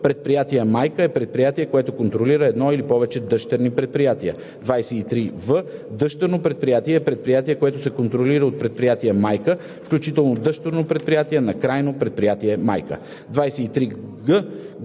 „Предприятие майка“ е предприятие, което контролира едно или повече дъщерни предприятия. 23в. „Дъщерно предприятие“ е предприятие, което се контролира от предприятие майка, включително дъщерно предприятие на крайно предприятие майка. 23г.